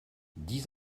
dix